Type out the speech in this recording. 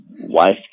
wife